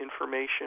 information